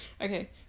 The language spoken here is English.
Okay